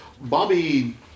Bobby